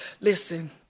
listen